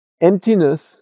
emptiness